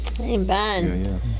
Amen